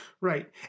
Right